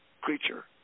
creature